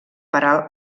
parar